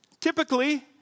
typically